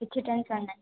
କିଛି ଟେନ୍ସନ୍ ନାହିଁ